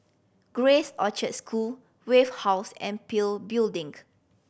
Grace Orchard School Wave House and PIL Building